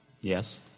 yes